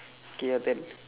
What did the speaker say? K your turn